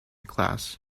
class